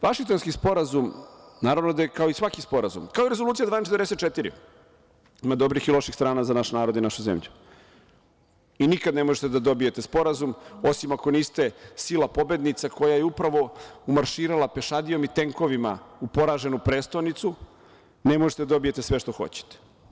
Vašingtonski sporazum, naravno da je kao i svaki sporazum, kao Rezolucija 1244, ima dobrih i loših strana za naš narod i našu zemlju i nikada ne možete da dobijete sporazum osim ako niste sila pobednica koja je upravo umarširala pešadijom i tenkovima u poraženu prestonicu, ne možete da dobijete sve što hoćete.